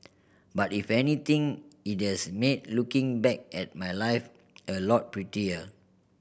but if anything it has made looking back at my life a lot prettier